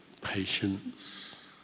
patience